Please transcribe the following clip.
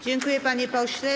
Dziękuję, panie pośle.